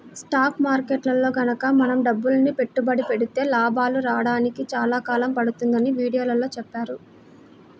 stock మార్కెట్టులో గనక మనం డబ్బులని పెట్టుబడి పెడితే లాభాలు రాడానికి చాలా కాలం పడుతుందని వీడియోలో చెప్పారు